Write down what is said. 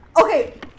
Okay